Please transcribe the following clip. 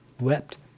Wept